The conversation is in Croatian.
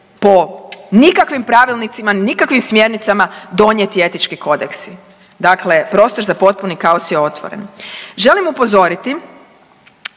po nikakvim pravilnicima, nikakvim smjernicama, donijeti etički kodeksi. Dakle, prostor za potpuni kaos je otvoren. Želim upozoriti